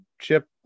chip